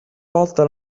volta